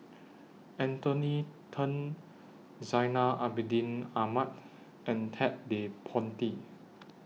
Anthony Then Zainal Abidin Ahmad and Ted De Ponti